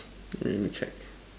let me check